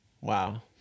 Wow